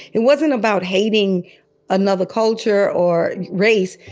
it wasn't about hating another culture or race.